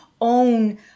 own